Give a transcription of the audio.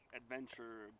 adventure